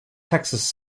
texas